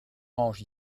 range